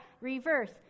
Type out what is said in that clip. reverse